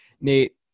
Nate